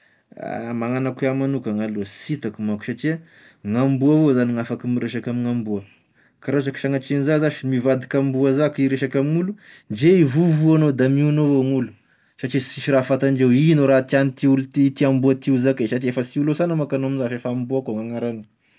Magnano a koa iaho magnokany aloha, sitako mansy satria, gn'amboa avao zany gn'afaky miresaka amign'amboa, ka raha zaky sagnatria agn'iza zash mivadiky amboa za ke hiresaka amin'olo, ndre hivovo anao da miogno avao gny olo satria sisy raha fantandreo, ino raha tiàgn'ity olo ty, ty amboa ty hozakay, satria efa sy olo hasagna manko anao amzaa f'efa amboa koa agnaranao.